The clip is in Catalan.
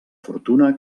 fortuna